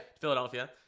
philadelphia